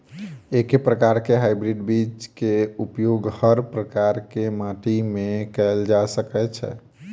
एके प्रकार केँ हाइब्रिड बीज केँ उपयोग हर प्रकार केँ माटि मे कैल जा सकय छै?